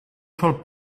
sol